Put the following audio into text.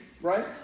right